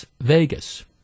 Vegas